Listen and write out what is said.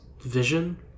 vision